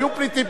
היו פליטים,